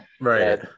Right